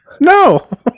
No